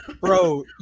bro